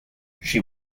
she